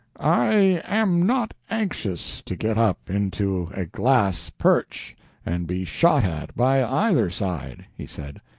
i am not anxious to get up into a glass perch and be shot at by either side, he said.